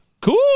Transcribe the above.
cool